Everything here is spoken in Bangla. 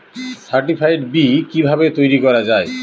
সার্টিফাইড বি কিভাবে তৈরি করা যায়?